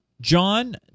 John